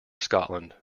scotland